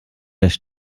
wieder